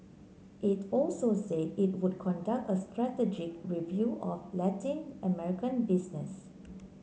it also said it would conduct a strategic review of Latin American business